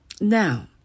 Now